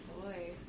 boy